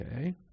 Okay